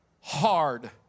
hard